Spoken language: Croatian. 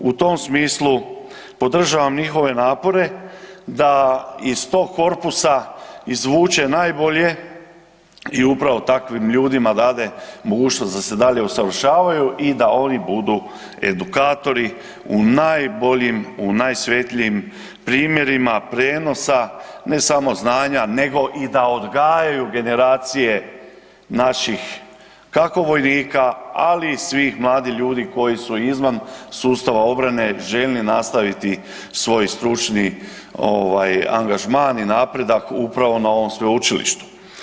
U tom smislu podržavam njihove napore da iz tog korpusa izvuče najbolje i upravo takvim ljudima dade mogućnost da se dalje usavršavaju i da oni budu edukatori u najboljim u najsvjetlijim primjerima prijenosa ne samo znanja nego i da odgajaju generacije naših kako vojnika ali i svih mladih ljudi koji su izvan sustava obrane željni nastaviti svoj stručni ovaj angažman i napredak upravo na ovom sveučilištu.